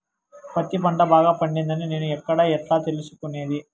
పత్తి పంట బాగా పండిందని నేను ఎక్కడ, ఎట్లా తెలుసుకునేది?